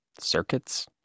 Circuits